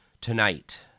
Tonight